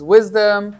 Wisdom